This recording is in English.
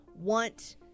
want